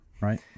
Right